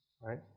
right